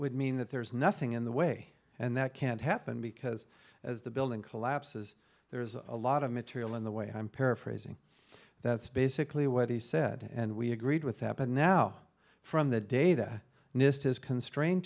would mean that there is nothing in the way and that can't happen because as the building collapses there is a lot of material in the way i'm paraphrasing that's basically what he said and we agreed with happened now from the data nist is constrain